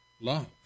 love